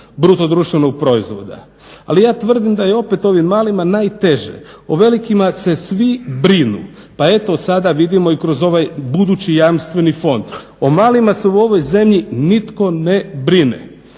je rekao, BDP-a. Ali ja tvrdim da je opet ovim malima najteže. O velikima se svi brinu pa eto sada vidimo i kroz ovaj budući jamstveni fond. O malima se u ovoj zemlji nitko ne brine.